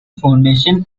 foundation